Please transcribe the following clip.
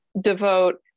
devote